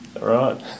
Right